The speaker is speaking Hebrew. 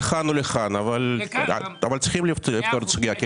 לכאן או לכאן אבל צריך לפתור את הסוגייה.